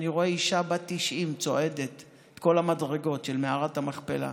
ואני רואה אישה בת 90 צועדת את כל המדרגות של מערת המכפלה.